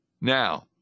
Now